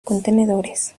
contenedores